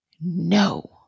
No